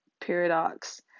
Paradox